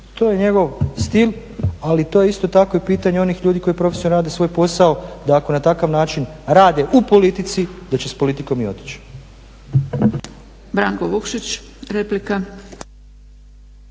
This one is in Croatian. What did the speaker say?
to je njegov stil, ali to je isto tako i pitanje onih ljudi koji profesionalno rade svoj posao, dakle na takav način rade u politici, da će s politikom i otići.